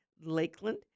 Lakeland